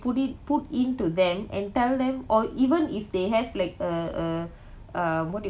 put it put into them and tell them or even if they have like a a uh what do you